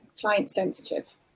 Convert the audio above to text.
client-sensitive